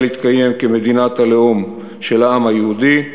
להתקיים כמדינת הלאום של העם היהודי.